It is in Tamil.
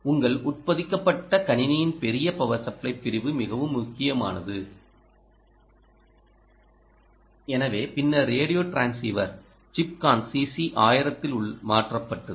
உங்கள் உட்பொதிக்கப்பட்ட கணினியின் பெரிய பவர் சப்ளை பிரிவு மிகவும் முக்கியமானது எனவே பின்னர் ரேடியோ டிரான்ஸ்சீவர் Chipcon CC1000 ஆல் மாற்றப்பட்டது